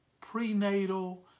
prenatal